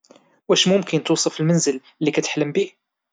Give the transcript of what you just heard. واش ممكن توصف المنزل اللي كتحلم بيه؟